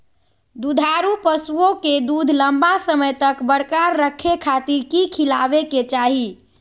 दुधारू पशुओं के दूध लंबा समय तक बरकरार रखे खातिर की खिलावे के चाही?